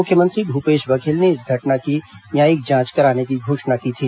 मुख्यमंत्री भूपेश बघेल ने इस घटना की न्यायिक जांच कराने की घोषणा की थी